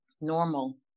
normal